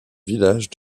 village